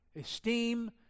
esteem